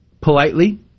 politely